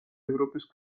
ევროპის